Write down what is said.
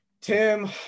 Tim